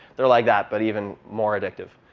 they're like that, but even more addictive.